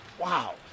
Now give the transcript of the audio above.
Wow